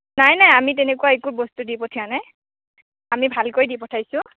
নাই নাই আমি তেনেকুৱা একো বস্তু দি পঠিওৱা নাই আমি ভালকৈ দি পঠাইছোঁ